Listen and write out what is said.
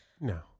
No